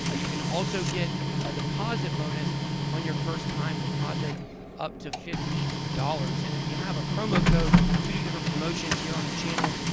ah you can also get a deposit bonus on your first time deposit up to fifty dollars, and if you have a promo code, if we do different promotions here on the channel.